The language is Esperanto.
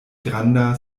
granda